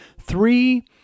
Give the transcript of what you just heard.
three